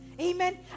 amen